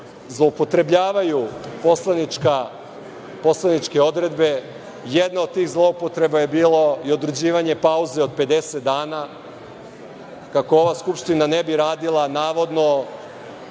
zloupotrebljavaju poslaničke odredbe. Jedna od tih zloupotreba je bila i određivanje pauze od 50 dana kako ova skupština ne bi radila navodno